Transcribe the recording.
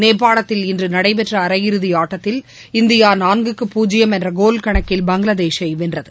நேபாளத்தில் இன்று நடைபெற்ற அரையிறுதி ஆட்டத்தில் இந்தியா நான்குக்கு பூஜ்ஜியம் என்ற கோல் கணக்கில் பங்களாதேஷை வென்றது